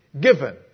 given